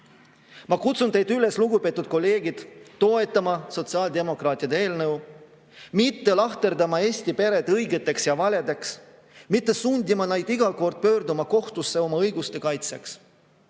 Ma kutsun teid üles, lugupeetud kolleegid, toetama sotsiaaldemokraatide eelnõu, mitte lahterdama Eesti peresid õigeteks ja valedeks, mitte sundima neid iga kord pöörduma kohtusse oma õiguste kaitseks.